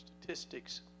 statistics